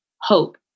hope